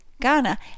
Ghana